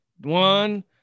One